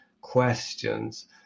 questions